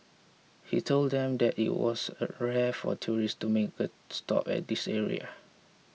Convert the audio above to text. he told them that it was rare for tourists to make a stop at this area